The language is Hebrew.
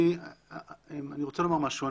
אני רוצה לומר משהו.